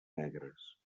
negres